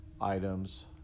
items